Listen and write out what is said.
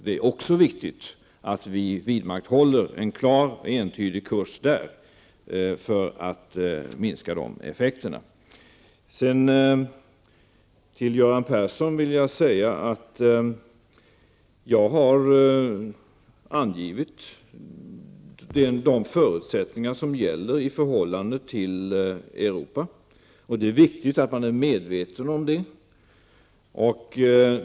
Det är också viktigt att vi även där vidmakthåller en klar och entydig kurs för att minska dess effekter. Till Göran Persson vill jag säga att jag angivit de förutsättningar som gäller för förhållandet till Europa, och det är viktigt att man är medveten om det.